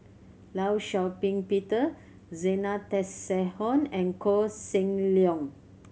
Law Shau Ping Peter Zena Tessensohn and Koh Seng Leong